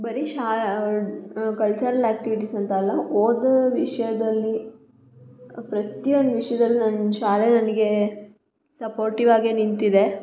ಬರೀ ಶಾ cultural activities ಅಂತ ಅಲ್ಲ ಓದೋ ವಿಷಯದಲ್ಲಿ ಪ್ರತಿಯೊಂದು ವಿಷಯದಲ್ಲೂ ನನ್ನ ಶಾಲೆ ನನಗೆ ಸಪೋರ್ಟಿವ್ ಆಗೇ ನಿಂತಿದೆ